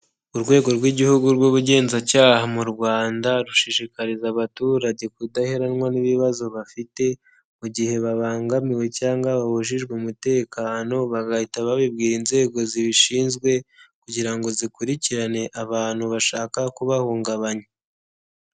Urwego rw'Igihugu rw'Ubugenzacyaha mu Rwanda rushishikariza abaturage kudaheranwa n'ibibazo bafite mu gihe babangamiwe cyangwa babujijwe umutekano bagahita babibwira inzego zibishinzwe kugira ngo zikurikirane abantu bashaka kubahungabanya.